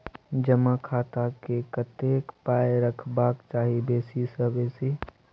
जमा खाता मे कतेक पाय रखबाक चाही बेसी सँ बेसी?